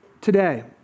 today